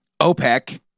OPEC